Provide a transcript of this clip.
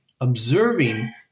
observing